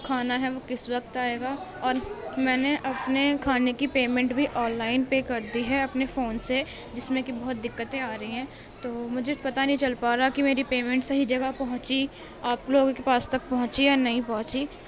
کھانا ہے وہ کس وقت آئے گا اور میں نے اپنے کھانے کی پیمنٹ بھی آن لائن پے کردی ہے اپنے فون سے جس میں کہ بہت دقتیں آ رہی ہیں تو مجھے پتا نہیں چل پا رہا کہ میری پیمنٹ صحیح جگہ پہونچی آپ لوگوں کے پاس تک پہونچی یا نہیں پہونچی